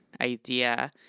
idea